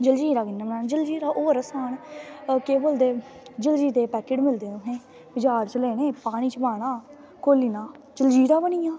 जलजीरा कियां बनाना जलजीरा होर आसान केह् बोलदे जलजीरे दे पैकेट मिलदे न असेंगी बज़ार चा लैने पानी च पाना घोलना जलजीरा बनिया